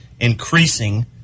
increasing